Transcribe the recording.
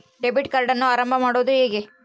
Debit ಕಾರ್ಡನ್ನು ಆರಂಭ ಮಾಡೋದು ಹೇಗೆ?